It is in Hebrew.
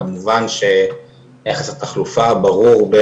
כמובן שיחס התחלופה ברור,